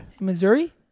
Missouri